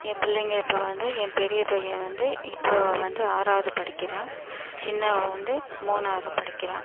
என் பிள்ளைங்க இப்போ வந்து என் பெரிய பையன் வந்து இப்போது வந்து ஆறாவது படிக்கிறான் சின்னவன் வந்து மூணாவது படிக்கிறான்